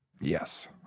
Yes